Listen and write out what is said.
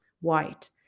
white